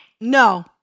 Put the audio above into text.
No